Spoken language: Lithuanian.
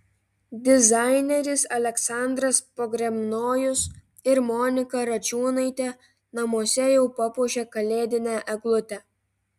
dizaineris aleksandras pogrebnojus ir monika račiūnaitė namuose jau papuošė kalėdinę eglutę